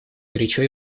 горячо